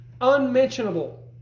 unmentionable